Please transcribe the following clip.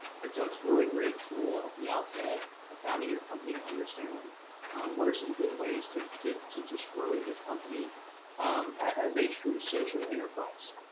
and so it's really great tool at the outset of founding your company to understand what are some good ways to to just grow your company as a true social enterprise.